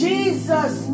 Jesus